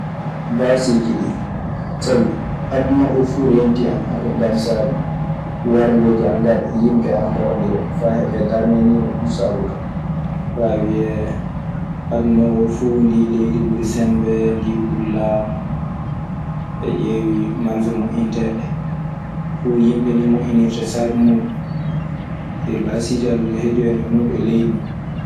Baasiiji ɗii, sabi aduna oo fuu reenti a na haɓa ngam saabii warngooji an ngaɗa. yimbe ana mbarondira faa heɓee darnde nii non ɗum saabotoo. Faa wiyee aduna oo fuu ndii leydi ɓuri sembe, ndii ɓuri laamu. So a ƴeewii malfa moƴƴinteeɗe ɗee, fuu yimɓe nii moƴƴinirta saabi muuɗun. Ɗee baasiiji Alla heƴu en e muuɗun e leydi ndii.